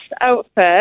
outfit